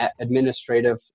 administrative